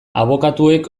abokatuek